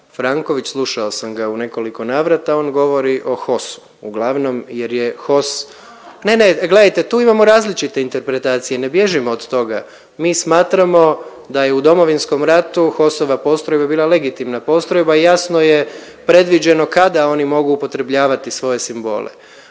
Franković slušao sam ga u nekoliko navrata, on govori o HOS-u uglavnom, jer je HOS, ne, ne gledajte tu imamo različite interpretacije. Ne bježimo od toga. Mi smatramo da je u Domovinskom ratu HOS-ova postrojba bila legitimna postrojba i jasno je predviđeno kada oni mogu upotrebljavati svoje simbole.